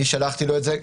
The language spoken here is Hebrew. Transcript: אני שלחתי לו את זה.